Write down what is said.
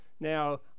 Now